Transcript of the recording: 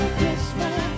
Christmas